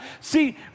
See